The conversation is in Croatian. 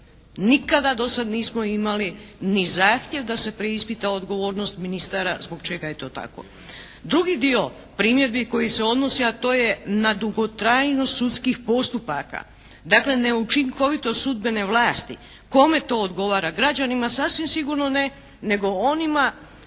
Nikada do sad nismo imali ni zahtjev da se preispita odgovornost ministara zbog čega je to tako? Drugi dio primjedbi koji se odnosi, a to je na dugotrajnost sudskih postupaka. Dakle neučinkovitost sudbene vlasti. Kome to odgovara? Građanima sasvim sigurno ne nego onima